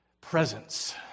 presence